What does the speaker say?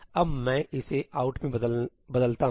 अब मैं इसे 'out' मे बदलता हूं